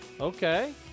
Okay